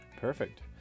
Perfect